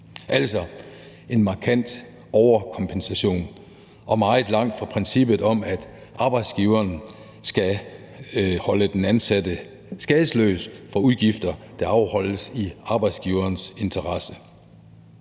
det en markant overkompensation og meget langt fra princippet om, at arbejdsgiveren skal holde den ansatte skadesløs for udgifter, der afholdes i arbejdsgiverens interesse.